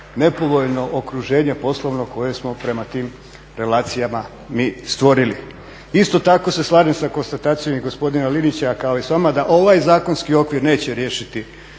nepovoljno okruženje poslovno koje smo prema tim relacijama mi stvorili. Isto tako se slažem sa konstatacijom i gospodina Linića kao i sa vama da ovaj zakonski okvir neće riješiti